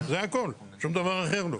זה הכל, שום דבר אחר לא.